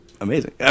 amazing